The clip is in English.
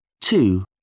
Two